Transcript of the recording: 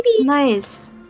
Nice